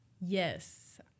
Yes